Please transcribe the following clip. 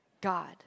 God